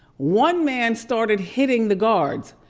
one man started hitting the guards.